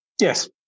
Yes